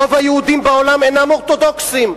רוב היהודים בעולם אינם אורתודוקסים.